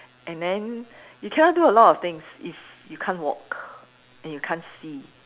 and then you cannot do a lot of things if you can't walk and you can't see